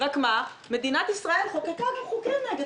רק מה מדינת ישראל חוקקה גם חוקים נגד